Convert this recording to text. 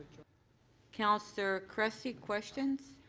councillor cressy, questions.